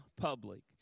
public